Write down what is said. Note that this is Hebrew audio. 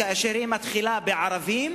כאשר היא מתחילה בערבים,